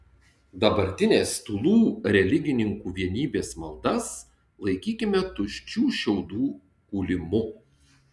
dabartinės tūlų religininkų vienybės maldas laikykime tuščių šiaudų kūlimu